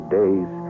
days